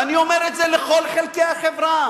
ואני אומר את זה לכל חלקי החברה,